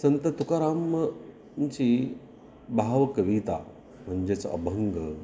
संत तुकारामांची भावकविता म्हणजेच अभंग